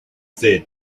there